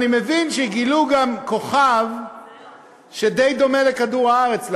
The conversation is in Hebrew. אני מבין שגילו גם כוכב שדי דומה לכדור-הארץ,